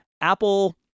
Apple